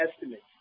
estimates